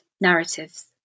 narratives